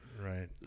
right